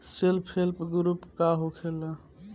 Self help group का होखेला?